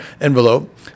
envelope